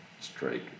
strike